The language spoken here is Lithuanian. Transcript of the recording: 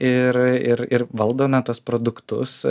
ir ir ir valdo na tuos produktus